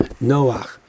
Noah